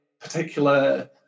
particular